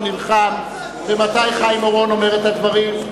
נלחם, ומתי חיים אורון אומר את הדברים.